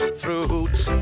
fruits